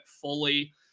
fully